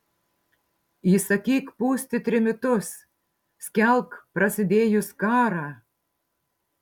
įsakyk pūsti trimitus skelbk prasidėjus karą